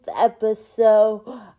episode